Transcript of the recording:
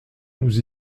nous